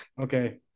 Okay